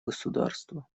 государства